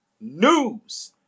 news